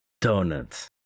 Donuts